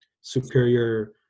superior